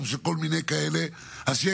מכובדי חבר הכנסת סער, אתה